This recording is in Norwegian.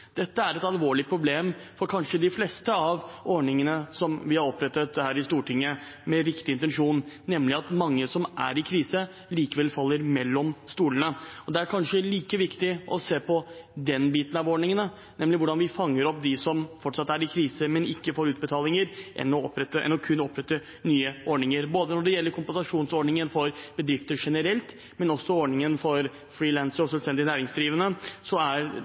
Dette er et alvorlig problem for kanskje de fleste av ordningene som vi har opprettet her i Stortinget med riktig intensjon, nemlig at mange som er i krise, likevel faller mellom to stoler. Det er kanskje like viktig å se på den biten av ordningene, nemlig hvordan vi fanger opp de som fortatt er i krise, men ikke får utbetalinger, enn kun å opprette nye ordninger. Når det gjelder både kompensasjonsordningen for bedrifter generelt og ordninger for frilansere og selvstendig næringsdrivende, er under 40 pst. av det som var antatt, brukt. Det er ikke fordi det er